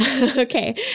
Okay